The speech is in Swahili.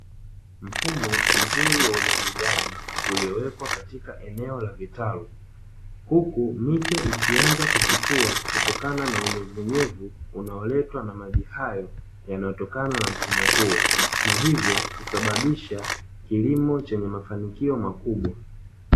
Mfumo mzuri wa umwagiliaji uliowekwa katika eneo la vitalu huku miche ikianza kuchipua kutokana na unyevunyevu unaoletwa na maji hayo yanayotokana na mfumo huo, na hivyo kusababisha kilimo chenye mafanikio makubwa.